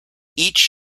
each